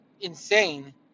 insane